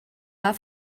war